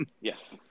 Yes